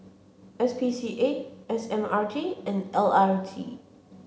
S P C A S M R T and L R T